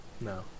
No